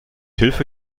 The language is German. hilfe